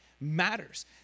matters